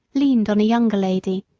leaned on a younger lady,